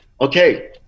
okay